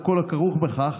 על כל הכרוך בכך,